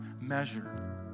measure